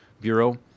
Bureau